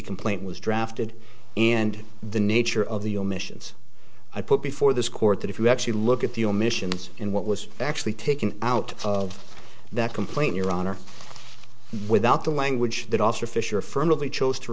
complaint was drafted and the nature of the omissions i put before this court that if you actually look at the omissions and what was actually taken out of that complaint your honor without the language that officer fisher affirmatively chose to